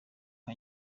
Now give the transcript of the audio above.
nka